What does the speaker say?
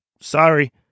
Sorry